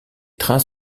trains